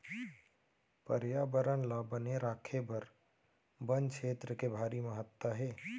परयाबरन ल बने राखे बर बन छेत्र के भारी महत्ता हे